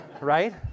right